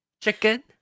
Chicken